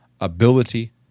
ability